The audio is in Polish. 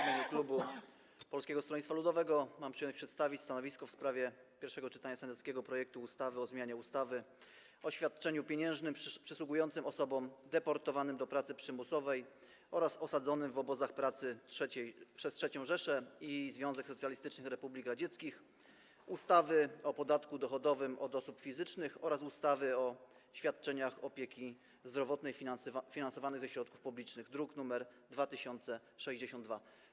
W imieniu klubu Polskiego Stronnictwa Ludowego mam przyjemność przedstawić w pierwszym czytaniu stanowisko w sprawie senackiego projektu ustawy o zmianie ustawy o świadczeniu pieniężnym przysługującym osobom deportowanym do pracy przymusowej oraz osadzonym w obozach pracy przez III Rzeszę i Związek Socjalistycznych Republik Radzieckich, ustawy o podatku dochodowym od osób fizycznych oraz ustawy o świadczeniach opieki zdrowotnej finansowanych ze środków publicznych, druk nr 2062.